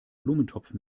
blumentopf